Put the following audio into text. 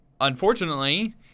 unfortunately